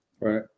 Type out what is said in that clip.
right